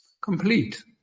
Complete